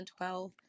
2012